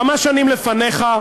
כמה שנים לפניך,